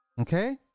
Okay